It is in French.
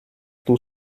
tout